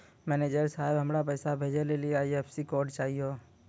manager साहब, हमरा पैसा भेजै लेली आई.एफ.एस.सी कोड चाहियो